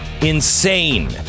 Insane